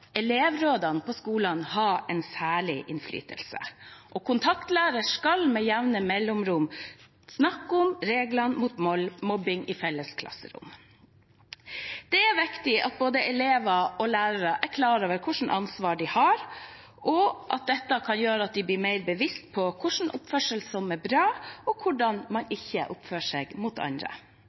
elevrådene på skolene ha en særlig innflytelse. Kontaktlæreren skal med jevne mellomrom snakke om reglene mot mobbing i felles klasserom. Det er viktig at både elever og lærere er klare over hvilket ansvar de har, og at dette kan gjøre at de blir mer bevisste på hva slags oppførsel som er bra, og hvordan man ikke oppfører seg mot andre.